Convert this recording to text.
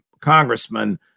congressman